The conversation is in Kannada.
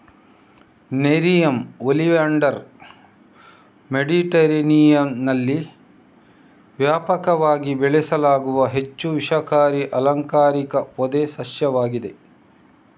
ನೆರಿಯಮ್ ಒಲಿಯಾಂಡರ್ ಮೆಡಿಟರೇನಿಯನ್ನಲ್ಲಿ ವ್ಯಾಪಕವಾಗಿ ಬೆಳೆಸಲಾಗುವ ಹೆಚ್ಚು ವಿಷಕಾರಿ ಅಲಂಕಾರಿಕ ಪೊದೆ ಸಸ್ಯವಾಗಿದೆ